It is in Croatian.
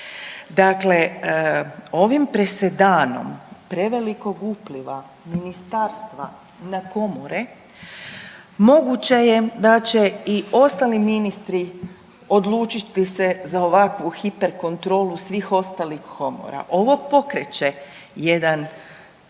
Dakle, ovim presedanom prevelikog upliva ministarstva na komore moguće je da će i ostali ministri odlučiti se za ovakvu hiperkontrolu svih ostalih komora. Ovo pokreće jedan